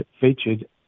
featured